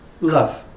love